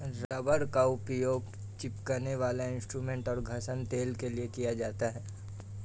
rubber का उपयोग चिपकने वाला इन्सुलेट और घर्षण टेप के लिए किया जाता है